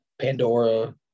Pandora